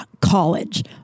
college